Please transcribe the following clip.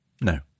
No